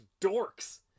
dorks